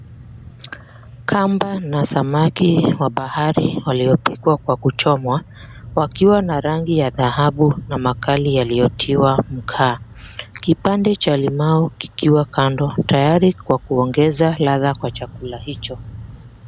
Kamba na samaki wa bahari waliopikwa kwa kuchomwa wakiwa na rangi ya dhahabu na makali yaliyotiwa mkaa. Kipande cha limau kikiwa kando tayari kwa kuongeza ladha kwa chakula hicho.